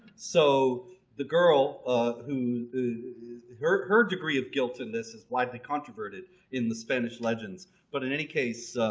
so the girl of who her her degree of guilt in this is widely controverted in the spanish legends but in any case,